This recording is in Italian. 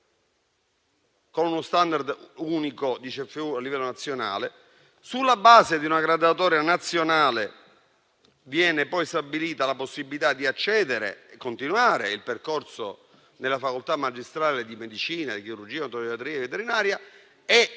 con uno *standard* unico a livello nazionale; sulla base di una graduatoria nazionale viene poi stabilita la possibilità di continuare il percorso nella facoltà magistrale di medicina e chirurgia, odontoiatria e veterinaria o, comunque,